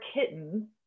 kitten